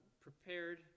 prepared